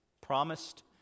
Promised